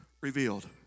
revealed